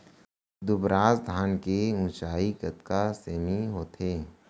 दुबराज धान के ऊँचाई कतका सेमी होथे?